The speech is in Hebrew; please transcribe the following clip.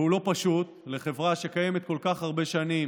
והוא לא פשוט לחברה שקיימת כל כך הרבה שנים,